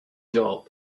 job